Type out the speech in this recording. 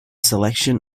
selection